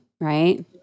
right